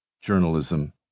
journalism